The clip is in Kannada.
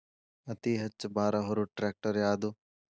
ಅತಿ ಹೆಚ್ಚ ಭಾರ ಹೊರು ಟ್ರ್ಯಾಕ್ಟರ್ ಯಾದು?